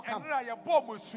come